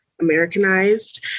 Americanized